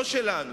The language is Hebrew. לא שלנו,